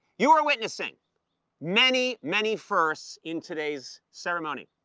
you are witnessing many, many firsts in today's ceremony.